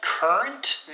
Current